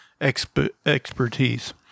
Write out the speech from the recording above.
Expertise